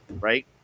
right